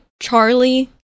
charlie